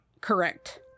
Correct